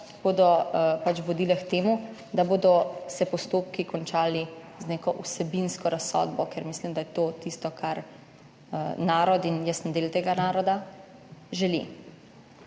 pač vodile k temu, da se bodo postopki končali z neko vsebinsko razsodbo, ker mislim, da je to tisto, kar narod - in jaz sem del tega naroda - želi.